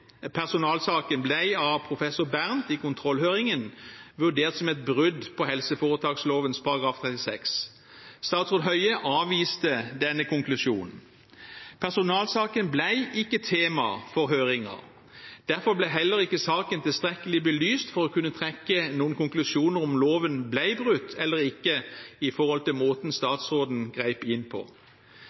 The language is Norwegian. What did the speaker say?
personalsaken ble av professor Bernt i kontrollhøringen vurdert som et brudd på helseforetaksloven § 36. Statsråd Høie avviste denne konklusjonen. Personsalsaken ble ikke tema for høringen, og derfor ble heller ikke saken tilstrekkelig belyst til å kunne trekke noen konklusjoner om loven ble brutt eller ikke ved måten statsråden grep inn på.